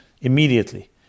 immediately